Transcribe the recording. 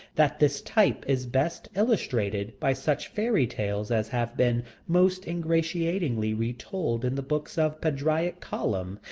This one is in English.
that this type is best illustrated by such fairy-tales as have been most ingratiatingly retold in the books of padraic colum,